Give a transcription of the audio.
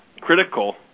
critical